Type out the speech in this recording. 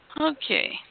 Okay